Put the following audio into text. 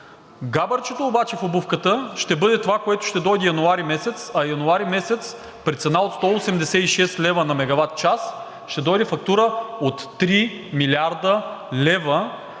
Габърчето обаче в обувката ще бъде това, което ще дойде януари месец, а януари месец при цена от 186 лв. на мегаватчас ще дойде фактура от 3 млрд. лв.,